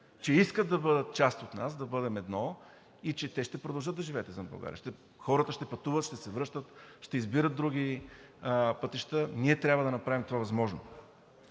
че искат да бъдат част от нас, да бъдем едно. Те ще продължат да живеят извън България, хората ще пътуват, ще се връщат, ще избират други пътища. Ние трябва да направим това възможно.